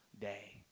day